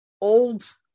old